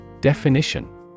Definition